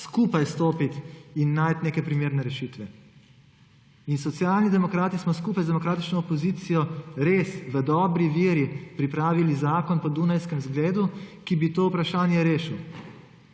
skupaj stopiti in najti neke primerne rešitve. Socialni demokrati smo skupaj z demokratično opozicijo res v dobri veri pripravili zakon po dunajskem zgledu, ki bi to vprašanje rešil.